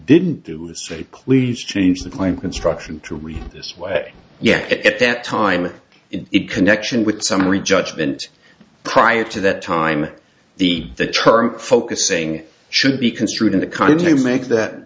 didn't do is say please change the claim construction to read this way yet at that time it connection with summary judgment prior to that time the the term focusing should be construed in a kind to make that